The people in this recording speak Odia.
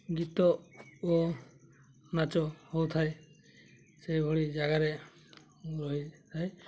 ଗୀତ ଓ ନାଚ ହେଉଥାଏ ସେହିଭଳି ଜାଗାରେ ମୁଁ ରହିଥାଏ